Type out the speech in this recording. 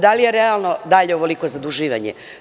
Da li je realno dalje ovoliko zaduživanje?